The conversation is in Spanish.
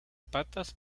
patas